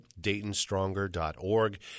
DaytonStronger.org